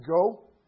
go